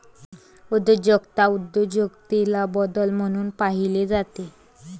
उद्योजकता उद्योजकतेला बदल म्हणून पाहिले जाते